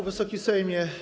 Wysoki Sejmie!